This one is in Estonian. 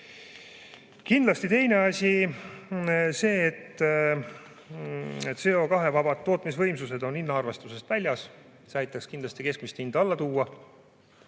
tulla. Kindlasti teine asi on see, et CO2-vabad tootmisvõimsused on hinnaarvestusest väljas. See aitaks kindlasti keskmist hinda alla tuua.